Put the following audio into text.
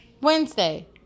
Wednesday